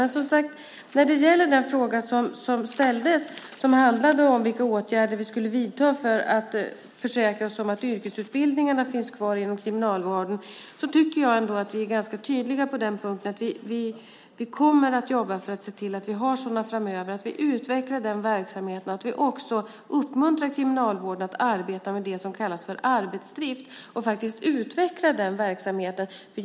Men, som sagt, när det gäller den fråga som ställdes, som handlade om vilka åtgärder vi skulle vidta för att försäkra oss om att yrkesutbildningarna finns kvar inom kriminalvården, tycker jag ändå att vi är ganska tydliga. Vi kommer att jobba för att se till att vi har sådana framöver och att vi utvecklar den verksamheten och att vi också uppmuntrar kriminalvården att arbeta med det som kallas för arbetsdrift och att man faktiskt utvecklar den verksamheten.